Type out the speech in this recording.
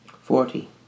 Forty